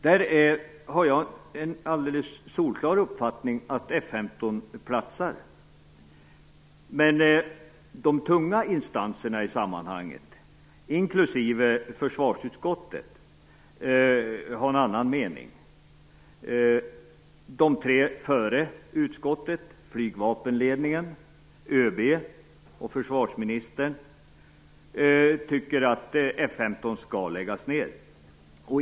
Där har jag den alldeles solklara uppfattningen att F 15 platsar. Men de tunga instanserna i sammanhanget, inklusive försvarsutskottet, har en annan mening. De tre instanserna före utskottet - flygvapenledningen, ÖB och försvarsministern - tycker att F 15 skall läggas ned.